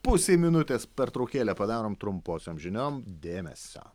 pusei minutės pertraukėlę padarom trumposiom žiniom dėmesio